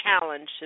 challenge